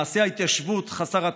מעשה ההתיישבות חסר תקדים,